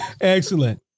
Excellent